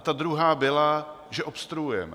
Ta druhá byla, že obstruujeme.